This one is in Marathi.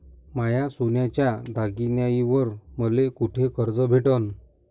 माया सोन्याच्या दागिन्यांइवर मले कुठे कर्ज भेटन?